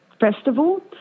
festival